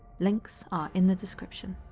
links are in the description.